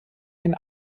ein